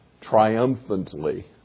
triumphantly